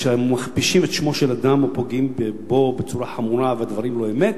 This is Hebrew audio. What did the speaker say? וכשמכפישים את שמו של אדם או פוגעים בו בצורה חמורה והדברים אינם אמת,